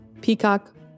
peacock